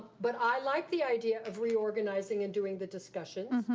but i like the idea of reorganizing and doing the discussions.